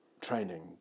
training